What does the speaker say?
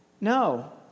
No